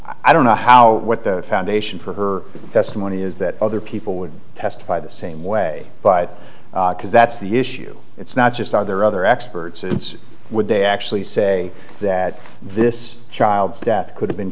i don't know how what the foundation for her testimony is that other people would testify the same way but because that's the issue it's not just are there other experts it's would they actually say that this child's death could have been